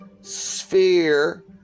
sphere